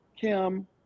Kim